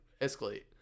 escalate